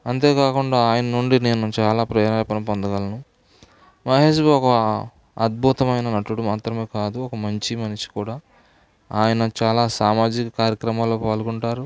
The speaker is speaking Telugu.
అంతేకాకుండా ఆయన నుండి నేను చాలా ప్రేరేపణ పొందగలను మహేష్ బాబు ఒక అద్భుతమైన నటుడు మాత్రమే కాదు ఒక మంచి మనిషి కూడా ఆయన చాలా సామాజిక కార్యక్రమాల్లో పాల్గొంటారు